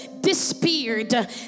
Disappeared